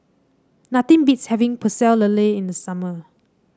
nothing beats having Pecel Lele in the summer